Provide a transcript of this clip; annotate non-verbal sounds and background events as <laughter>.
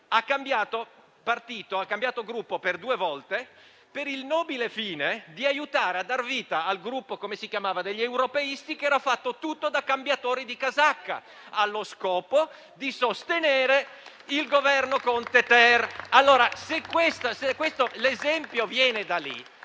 ha cambiato Gruppo due volte, per il nobile fine di aiutare a dar vita al Gruppo degli europeisti, che era fatto tutto da cambiatori di casacca, allo scopo di sostenere il terzo Governo Conte. <applause> Se l'esempio viene da lì,